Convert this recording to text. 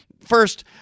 first